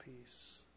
peace